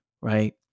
right